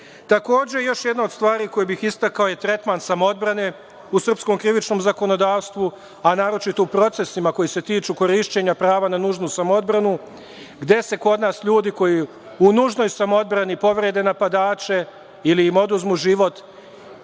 još jedna od stvari koju bih istakao je tretman samoodbrane u srpskom krivičnom zakonodavstvu, a naročito u procesima koji se tiču korišćenja prava na nužnu samoodbranu, gde su kod nas ljudi koji u nužnoj samoodbrani povrede napadače ili im oduzmu život